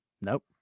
Nope